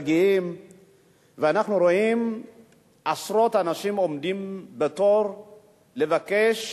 רואים עשרות אנשים עומדים בתור לבקש,